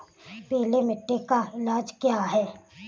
पीली मिट्टी का इलाज क्या है?